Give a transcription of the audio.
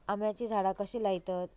आम्याची झाडा कशी लयतत?